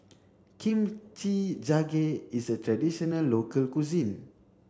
Kim Chi Jjigae is a traditional local cuisine